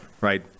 right